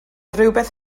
rhywbeth